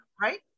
Right